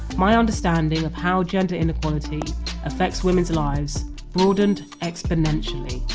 my understanding of how gender inequality affects women's lives broadened exponentially.